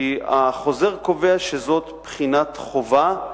כי החוזר קובע שזאת בחינת חובה.